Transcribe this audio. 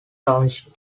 township